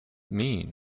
mean